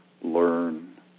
learn